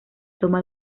toma